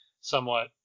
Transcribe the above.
somewhat